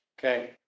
Okay